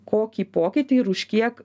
kokį pokytį ir už kiek